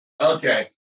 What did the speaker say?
Okay